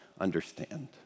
understand